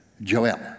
Joel